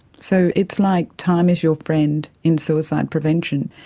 so it's like time is your friend in suicide prevention.